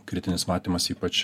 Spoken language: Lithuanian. kritinis matymas ypač